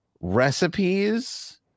recipes